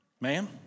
Ma'am